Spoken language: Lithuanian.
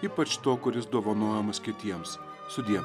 ypač to kuris dovanojamas kitiems sudie